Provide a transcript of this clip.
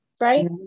Right